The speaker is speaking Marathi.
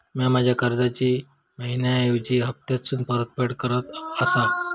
म्या माझ्या कर्जाची मैहिना ऐवजी हप्तासून परतफेड करत आसा